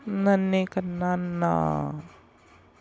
ਨਾ ਨਾ